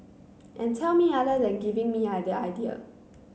and tell me other than giving me other idea